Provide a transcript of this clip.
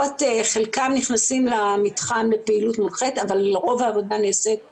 חלקם נכנסים למתחם לפעילות מונחית אבל לרוב העבודה נעשית באיסוף.